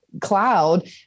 cloud